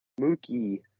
Mookie